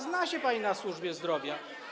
Zna się pani na służbie zdrowia.